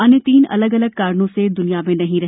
अन्य तीन अलग अलग कारणों से दुनिया में नहीं रहे